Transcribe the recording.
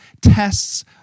tests